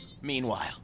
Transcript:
Meanwhile